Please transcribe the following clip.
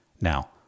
Now